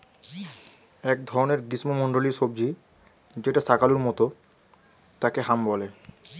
এক ধরনের গ্রীষ্মমন্ডলীয় সবজি যেটা শাকালু মতো তাকে হাম বলে